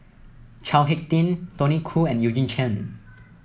Chao HicK Tin Tony Khoo and Eugene Chen